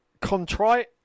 contrite